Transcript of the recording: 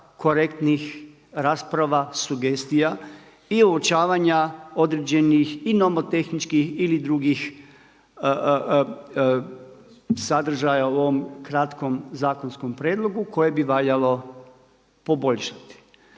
korektnih rasprava, sugestija i uočavanja određenih i nomotehničkih ili drugih sadržaja u ovom kratkom zakonskom prijedlogu koje bi valjalo poboljšati.